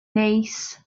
neis